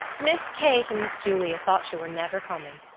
miss kate and miss julia thought you were never coming.